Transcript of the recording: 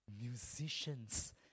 musicians